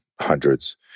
hundreds